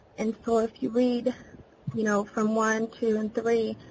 and so if you read you know from one, two, and three,